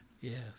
Yes